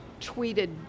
tweeted